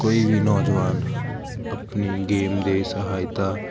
ਕੋਈ ਵੀ ਨੌਜਵਾਨ ਆਪਣੀ ਗੇਮ ਦੇ ਸਹਾਇਤਾ